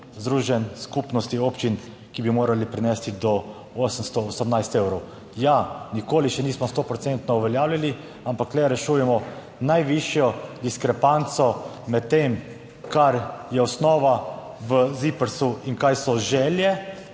združenj skupnosti občin, ki bi morali prinesti do 818 evrov. Ja, nikoli še nismo sto procentno uveljavljali, ampak le rešujemo najvišjo diskrepanco med tem, kar je osnova v ZIPRS in kaj so želje.